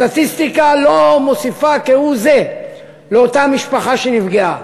הסטטיסטיקה לא מוסיפה כהוא-זה לאותה משפחה שנפגעה.